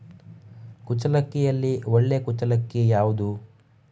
ಕುಚ್ಚಲಕ್ಕಿಯಲ್ಲಿ ಒಳ್ಳೆ ಕುಚ್ಚಲಕ್ಕಿ ಯಾವುದು?